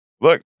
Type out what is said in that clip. look